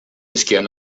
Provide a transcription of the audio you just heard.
esquiar